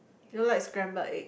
do you like scrambled egg